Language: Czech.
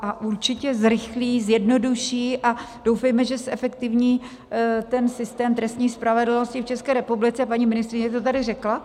A určitě zrychlí, zjednoduší a doufejme, že zefektivní systém trestní spravedlnosti v České republice, paní ministryně to tady řekla.